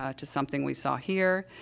ah to something we saw here,